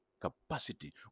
capacity